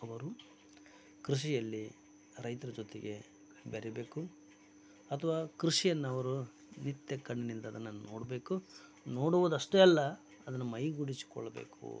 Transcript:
ಅವರು ಕೃಷಿಯಲ್ಲಿ ರೈತರ ಜೊತೆಗೆ ಬೆರೀಬೇಕು ಅಥವಾ ಕೃಷಿಯನ್ನು ಅವರು ನಿತ್ಯ ಕಣ್ಣಿಂದ ಅದನ್ನು ನೋಡಬೇಕು ನೋಡುವುದಷ್ಟೇ ಅಲ್ಲ ಅದನ್ನು ಮೈಗೂಡಿಸಿಕೊಳ್ಬೇಕು